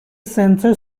sensor